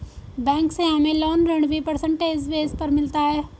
bank से हमे loan ऋण भी परसेंटेज बेस पर मिलता है